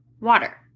water